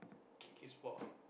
kick his ball